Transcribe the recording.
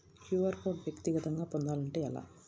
QR code వ్యక్తిగతంగా పొందాలంటే ఎలా?